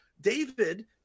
David